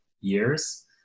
years